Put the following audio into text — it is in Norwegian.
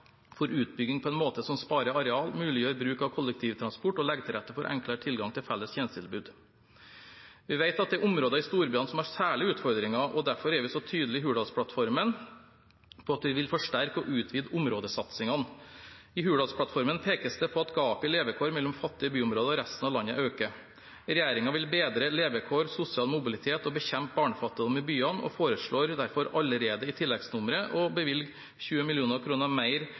for utbygging på en måte som sparer areal, muliggjør bruk av kollektivtransport og legger til rette for enklere tilgang til felles tjenestetilbud. Vi vet at det er områder i storbyene som har særlige utfordringer, og derfor er vi så tydelige i Hurdalsplattformen på at vi vil forsterke og utvide områdesatsingene. I Hurdalsplattformen pekes det på at gapet i levekår mellom fattige byområder og resten av landet øker. Regjeringen vil bedre levekår, sosial mobilitet og bekjempe barnefattigdom i byene og foreslår derfor allerede i tilleggsnummeret å bevilge 20 mill. kr mer